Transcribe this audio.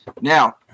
Now